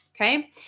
Okay